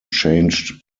changed